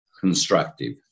constructive